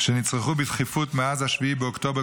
-- שנצרכו בדחיפות מאז 7 באוקטובר,